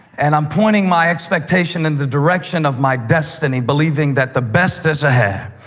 and i'm pointing my expectation in the direction of my destiny, believing that the best is ahead.